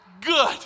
Good